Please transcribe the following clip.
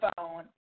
phone